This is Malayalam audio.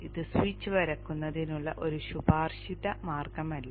ഇത് സ്വിച്ച് വരയ്ക്കുന്നതിനുള്ള ഒരു ശുപാർശിത മാർഗമല്ല